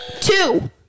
Two